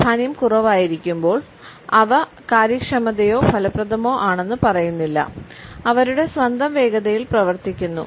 പ്രാധാന്യം കുറവായിരിക്കുമ്പോൾ അവ കാര്യക്ഷമതയോ ഫലപ്രദമോ ആണെന്ന് പറയുന്നില്ല അവരുടെ സ്വന്തം വേഗതയിൽ പ്രവർത്തിക്കുന്നു